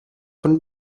von